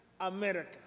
America